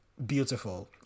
beautiful